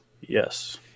Yes